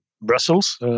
Brussels